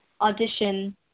audition